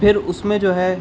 پھر اس میں جو ہے